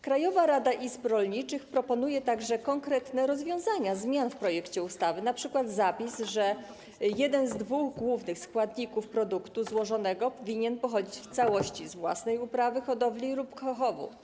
Krajowa Rada Izb Rolniczych proponuje także konkretne rozwiązania zmian w projekcie ustawy, np. zapis, że jeden z dwóch głównych składników produktu złożonego winien pochodzić w całości z własnej uprawy, hodowli lub chowu.